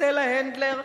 סטלה הנדלר,